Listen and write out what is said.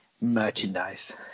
merchandise